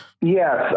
Yes